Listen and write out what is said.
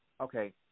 Okay